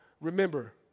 remember